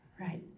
Right